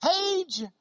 Page